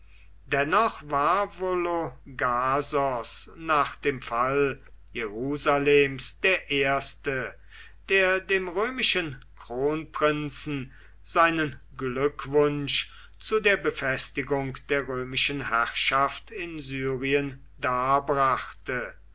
dennoch war vologasos nach dem fall jerusalems der erste der dem römischen kronprinzen seinen glückwunsch zu der befestigung der römischen herrschaft in syrien darbrachte